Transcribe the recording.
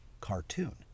cartoon